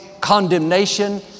condemnation